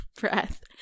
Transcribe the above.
breath